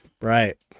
right